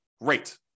great